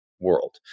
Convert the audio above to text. world